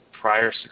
prior